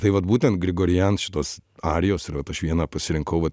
tai vat būtent grigorian šitos arijos ir vat aš vieną pasirinkau vat